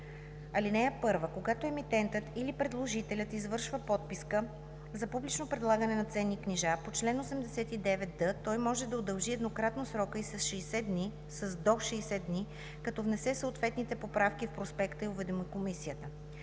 89л. (1) Когато емитентът или предложителят извършва подписка за публично предлагане на ценни книжа по чл. 89д, той може да удължи еднократно срока ѝ с до 60 дни, като внесе съответните поправки в проспекта и уведоми комисията.